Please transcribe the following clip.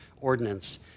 ordinance